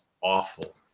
awful